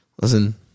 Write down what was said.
Listen